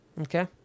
Okay